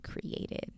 created